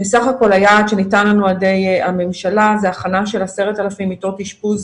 בסך הכול היעד שניתן לנו על ידי הממשלה זה הכנה של 10,000 מיטות אשפוז